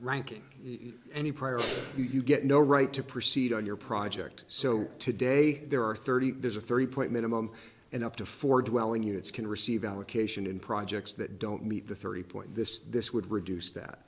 ranking any prior you get no right to proceed on your project so today there are thirty there's a three point minimum and up to four dwelling units can receive allocation in projects that don't meet the thirty point this this would reduce that